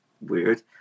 weird